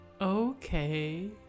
Okay